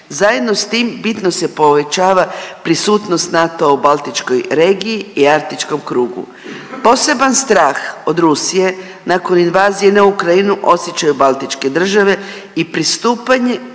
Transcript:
Zajedno s tim bitno se povećava prisutnost NATO-a u baltičkoj regiji i arktičkom krugu. Poseban strah od Rusije nakon invazije na Ukrajinu osjećaju baltičke države i pristupanje